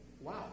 Wow